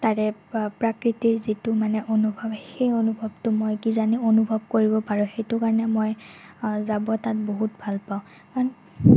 তাৰে প্ৰাকৃতিক যিটো মানে অনুভৱ সেই অনুভৱটো মই কিজানি অনুভৱ কৰিব পাৰোঁ সেইটো কাৰণে মই যাব তাত বহুত ভাল পাওঁ কাৰণ